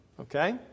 Okay